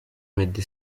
meddy